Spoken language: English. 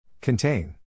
Contain